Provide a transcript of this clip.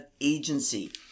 agency